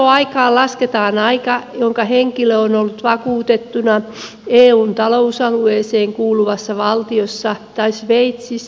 työssäoloaikaan lasketaan aika jonka henkilö on ollut vakuutettuna eun talousalueeseen kuuluvassa valtiossa tai sveitsissä